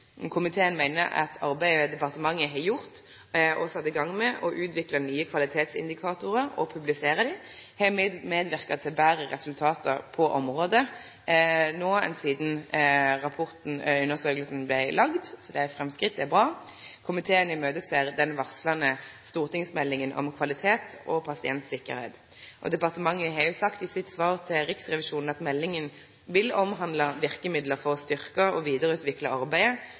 Komiteen meiner at det arbeidet departementet har gjort og sett i gang med å utvikle nye kvalitetsindikatorar og å publisere dei, har medverka til betre resultat på området – betre enn då undersøkinga blei gjord. Så det er framskritt, og det er bra. Komiteen ser fram til den varsla stortingsmeldinga om kvalitet og pasientsikkerheit. Departementet har òg sagt i sitt svar til Riksrevisjonen at meldinga vil omhandle verkemiddel for å styrkje og vidareutvikle arbeidet